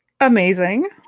Amazing